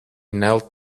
knelt